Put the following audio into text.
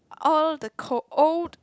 all the cold old